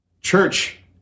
church